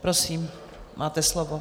Prosím, máte slovo.